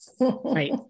Right